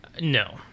No